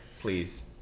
Please